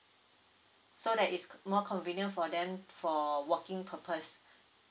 so that is more convenient for them for working purpose